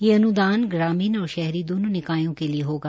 ये अन्दान ग्रामीण और शहरी दोनों निकायों के लिए होगा